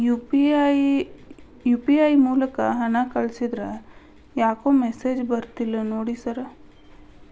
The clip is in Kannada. ಯು.ಪಿ.ಐ ಮೂಲಕ ಹಣ ಕಳಿಸಿದ್ರ ಯಾಕೋ ಮೆಸೇಜ್ ಬರ್ತಿಲ್ಲ ನೋಡಿ ಸರ್?